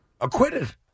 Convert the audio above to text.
Acquitted